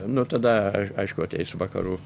nu tada aiš aišku ateis vakarų